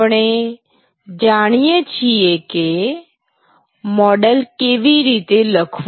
આપણે જાણીએ છીએ કે મૉડલ કેવી રીતે લખવું